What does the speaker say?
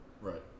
Right